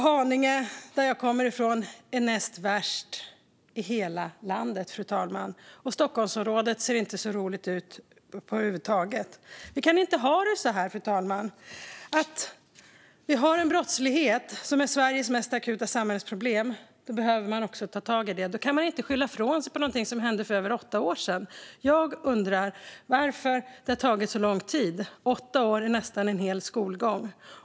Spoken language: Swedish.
Haninge, som jag kommer från, är näst värst i hela landet, fru talman. Det ser inte så roligt ut över huvud taget i Stockholmsområdet. Vi kan inte ha det så här, fru talman. Vi har en brottslighet som är Sveriges mest akuta samhällsproblem. Då behöver man ta tag i det. Man kan inte skylla ifrån sig på något som hände för åtta år sedan. Jag undrar varför det har tagit så lång tid. Åtta år är nästan en hel skolgång.